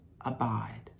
abide